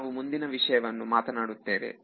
ನಾವು ಮುಂದಿನ ವಿಷಯವನ್ನು ಮಾತನಾಡುತ್ತೇವೆ